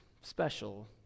special